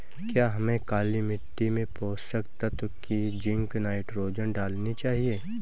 क्या हमें काली मिट्टी में पोषक तत्व की जिंक नाइट्रोजन डालनी चाहिए?